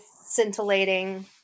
scintillating